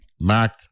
Mac